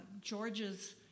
Georgia's